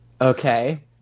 Okay